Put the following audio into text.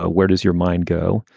ah where does your mind go?